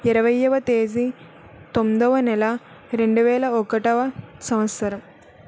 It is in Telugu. ఇరవైయోవ తేదీ తొమ్మిదవ నెల రెండువేల ఒకటోవ సంవత్సరం